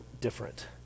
different